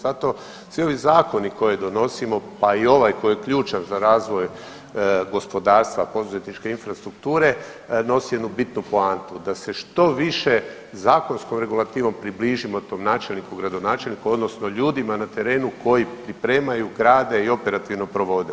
Zato svi ovi zakone koje donosimo, pa i ovaj koji je ključan za razvoj gospodarstva, poduzetničke infrastrukture, nosi jednu bitnu poantu, da se što više zakonskom regulativnom približimo tog načelniku, gradonačelniku, odnosno ljudima na terenu koji pripremaju, grade i operativno provode.